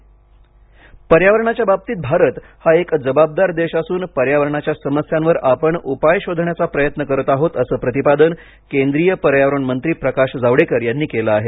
Paris पर्यावरणाच्या बाबतीत भारत हा एक जबाबदार देश असून पर्यावरणाच्या समस्यावर आपण उपाय शोधण्याचा प्रयत्न करत आहोत अस प्रतिपादन केंद्रीय पर्यावरण मंत्री प्रकाश जावडेकर यांनी केलं आहे